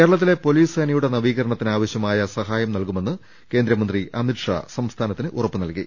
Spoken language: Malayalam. കേരളത്തിലെ പൊലീസ് സേനയുടെ നവീകരണത്തിന് ആവശ്യമായ സഹായം നൽകുമെന്ന് കേന്ദ്രമന്ത്രി അമിത്ഷാ സംസ്ഥാനത്തിന് ഉറപ്പ് നൽകി